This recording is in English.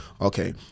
okay